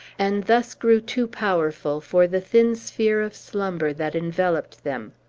and thus grew too powerful for the thin sphere of slumber that enveloped them.